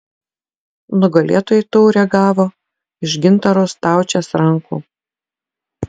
nugalėtojai taurę gavo iš gintaro staučės rankų